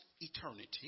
eternity